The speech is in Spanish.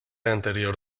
anterior